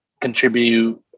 contribute